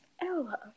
Ella